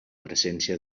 presència